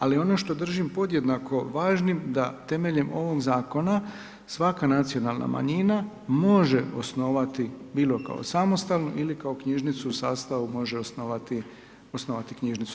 Ali ono što držim podjednako važnim da temeljem ovog zakona svaka nacionalna manjina može osnovati bilo kao samostalno ili kao knjižnicu u sastavu može osnovati knjižnicu.